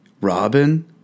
Robin